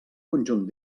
conjunt